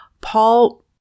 Paul